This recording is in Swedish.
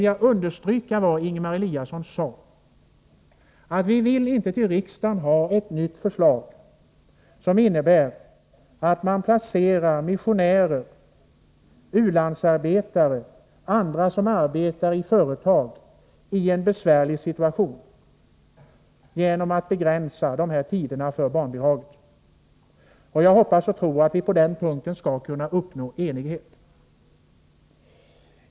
Jag understryker vad Ingemar Eliasson sade, att vi vill inte till riksdagen ha ett nytt förslag som innebär att man placerar missionärer, u-landsarbetare och personer som arbetar i företag utomlands i en besvärlig situation genom att begränsa tiderna för barnbidragen. Jag hoppas och tror att vi på den punkten skall kunna uppnå enighet.